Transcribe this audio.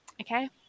okay